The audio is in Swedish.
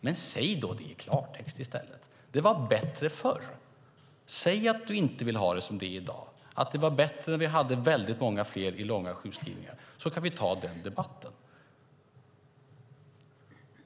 Men säg då det i klartext i stället! Säg att det var bättre förr! Säg att du inte vill ha det som det är i dag utan att det var bättre när vi hade väldigt många fler i långa sjukskrivningar! Då kan vi ta den debatten.